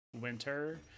winter